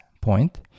point